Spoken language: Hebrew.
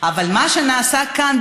אבל מה שנעשה כאן,